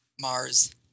Mars